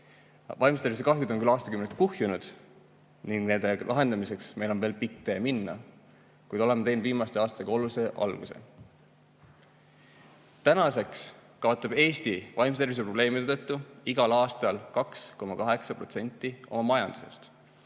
Vaimse tervise kahjud on küll aastakümneid kuhjunud ning nende lahendamiseks meil on veel pikk tee minna, kuid oleme teinud viimaste aastatega olulise alguse. Tänaseks kaotab Eesti vaimse tervise probleemide tõttu igal aastal 2,8% oma majandusest,